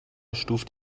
stuft